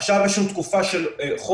עכשיו יש לנו תקופה של חודש-חודשיים,